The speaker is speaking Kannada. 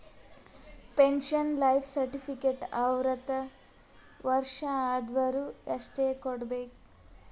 ಪೆನ್ಶನ್ ಲೈಫ್ ಸರ್ಟಿಫಿಕೇಟ್ ಅರ್ವತ್ ವರ್ಷ ಆದ್ವರು ಅಷ್ಟೇ ಕೊಡ್ಬೇಕ